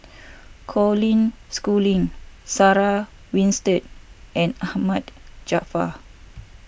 Colin Schooling Sarah Winstedt and Ahmad Jaafar